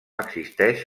existeix